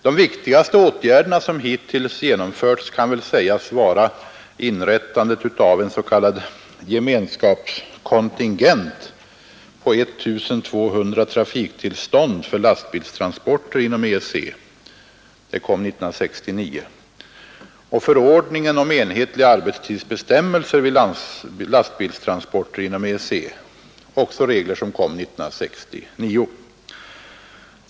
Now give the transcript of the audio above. De viktigaste åtgärder som hittills genomförts kan väl sägas vara inrättandet av en s.k. gemenskapskontingent på 1 200 trafiktillstånd för lastbilstransporter inom EEC och förordningen om enhetliga arbetstidsbestämmelser vid lastbilstransporter inom EEC. Dessa regler kom 1969.